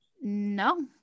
No